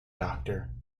doctor